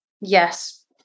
Yes